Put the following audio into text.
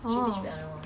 oh